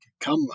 come